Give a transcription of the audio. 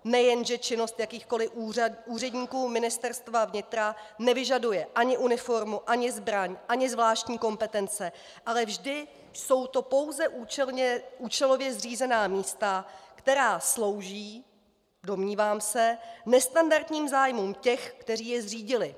Nejenže činnost jakýchkoli úředníků Ministerstva vnitra nevyžaduje ani uniformu, ani zbraň, ani zvláštní kompetence, ale vždy jsou to pouze účelově zřízená místa, která slouží, domnívám se, nestandardním zájmům těch, kteří je zřídili.